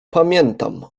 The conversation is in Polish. pamiętam